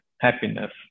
happiness